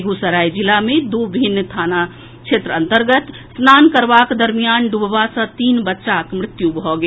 बेगूसराय जिला मे दू भिन्न थाना क्षेत्र मे स्नान करबाक दरमियान डूबबा सँ तीन बच्चाक मृत्यु भऽ गेल